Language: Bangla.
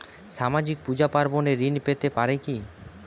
সামাজিক পূজা পার্বণে ঋণ পেতে পারে কি?